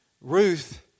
Ruth